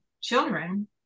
children